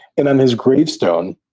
and on his gravestone,